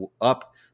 up